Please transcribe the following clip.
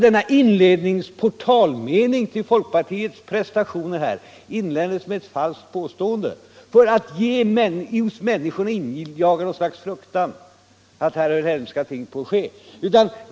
Denna inledningsmening — portalmening -— till folkpartiets prestationer här innebar alltså ett falskt påstående för att hos människorna injaga något slags fruktan för att hemska ting håller på att ske.